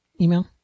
email